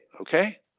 okay